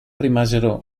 rimasero